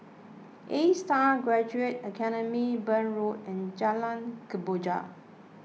Astar Graduate Academy Burn Road and Jalan Kemboja